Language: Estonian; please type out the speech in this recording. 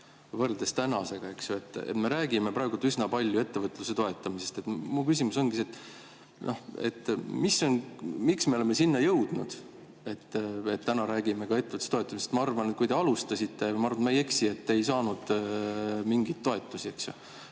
veidi üldisem. Me räägime praegu üsna palju ettevõtluse toetamisest. Mu küsimus ongi see: miks me oleme sinna jõudnud, et täna räägime ettevõtluse toetamisest? Ma arvan, et kui teie alustasite – [ma usun,] et ma ei eksi –, te ei saanud mingeid toetusi.